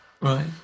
Right